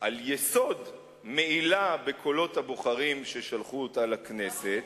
על יסוד מעילה בקולות הבוחרים ששלחו אותה לכנסת,